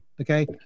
okay